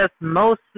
mostly